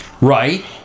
Right